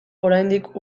oraindik